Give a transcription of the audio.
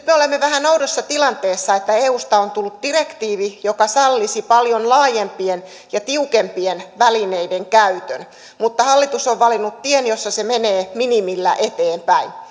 me olemme vähän oudossa tilanteessa että eusta on tullut direktiivi joka sallisi paljon laajempien ja tiukempien välineiden käytön mutta hallitus on valinnut tien jossa se menee minimillä eteenpäin